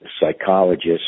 psychologists